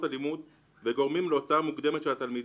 הלימוד וגורמים להוצאה מוקדמת של התלמידים,